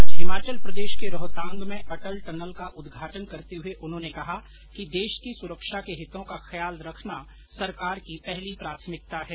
आज हिमाचल प्रदेश के रोहतांग में अटल टनल का उद्घाटन करते हुए उन्होंने कहा कि देश की सुरक्षा के हितों का खयाल रखना सरकार की पहली प्राथमिकता है